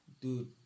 dude